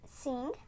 sing